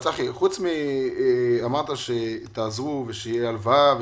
צחי, אמרת שתעזרו ושתהיה הלוואה.